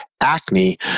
acne